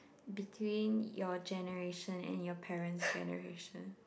between your generation and your parent's generation